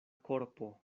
korpo